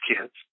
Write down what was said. kids